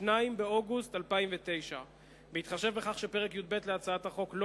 2 באוגוסט 2009. בהתחשב בכך שפרק י"ב להצעת החוק לא